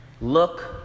Look